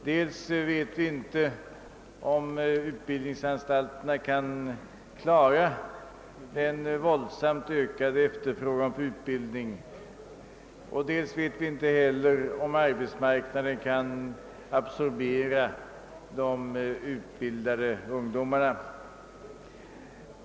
Dels vet vi inte om utbildningsanstalterna kan klara den våldsamt ökade efterfrågan på utbildning och dels vet vi inte om arbetsmarknaden kan absorbera de utbildade ungdomarna.